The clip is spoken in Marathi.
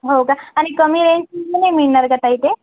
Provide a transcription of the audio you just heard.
हो का आणि कमी रेंटनी नाही मिळणार का ताई ते